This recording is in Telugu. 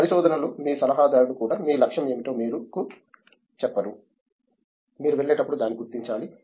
పరిశోధనలో మీ సలహాదారుడు కూడా మీ లక్ష్యం ఏమిటో మీకు చెప్పరు మీరు వెళ్ళేటప్పుడు దాన్ని గుర్తించాలి